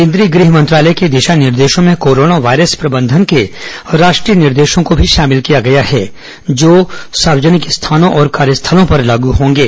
केंद्रीय गृह मंत्रालय के दिशा निर्देशों में कोरोना वायरस प्रंबधन के राष्ट्रीय निर्देशों को भी शामिल किया गया है जो सार्वजनिक स्थानों और कार्यस्थलों पर लागू होंगे